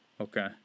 Okay